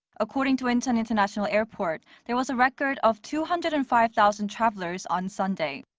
according to incheon international airport, there was a record of two hundred and five thousand travelers on sunday.